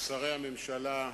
שרי הממשלה,